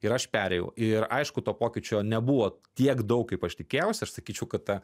ir aš perėjau ir aišku to pokyčio nebuvo tiek daug kaip aš tikėjausi aš sakyčiau kad ta